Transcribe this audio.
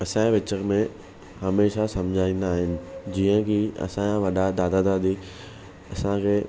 असांजे विच में हमेशा सम्झाईंदा आहिनि जीअं की असांजा वॾा दादा दादी असांखे